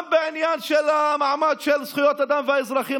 גם בעניין של מעמד זכויות אדם והאזרחים